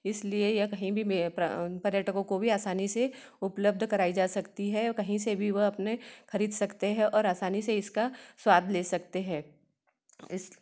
इसलिए यह कहीं भी पर्यटकों को भी आसानी से उपलब्ध कराई जा सकती है और कहीं से भी वह अपने खरीद सकते हैं और आसानी से इसका स्वाद ले सकते हैं इस